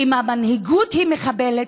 אם המנהיגות היא מחבלת,